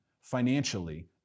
financially